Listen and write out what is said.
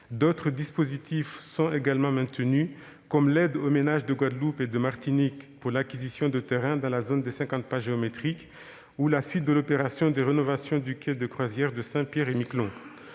D'autres dispositifs sont également maintenus, comme l'aide aux ménages de Guadeloupe et de Martinique pour l'acquisition de terrains dans la zone des cinquante pas géométriques ou la suite de l'opération de rénovation du quai de croisière de Saint-Pierre-et-Miquelon.